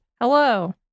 Hello